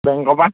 বেংকৰপৰা